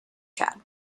chad